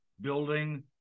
Building